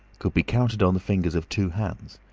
could be counted on the fingers of two hands.